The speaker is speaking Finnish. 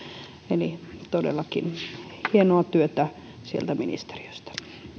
eli todellakin hienoa työtä sieltä ministeriöstä